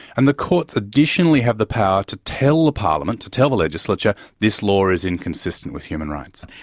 and the courts additionally have the power to tell the parliament, to tell the legislature, this law is inconsistent with human rights.